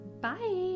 Bye